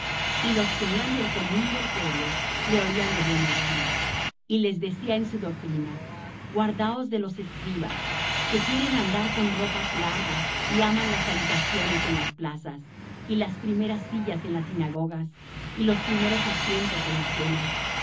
y los que eran del común del pueblo le oían de buena gana y les decía en su doctrina guardaos de los escribas que quieren andar con ropas largas y aman las salutaciones en las plazas y las primeras sillas en las sinagogas y los primeros asientos en las cenas